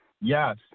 Yes